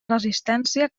resistència